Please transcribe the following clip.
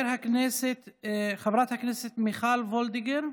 חברת הכנסת מיכל וולדיגר,